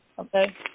Okay